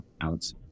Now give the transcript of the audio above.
Alex